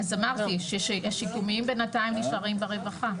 אז אמרתי, השיקומיים בינתיים נשארים ברווחה.